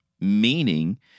meaning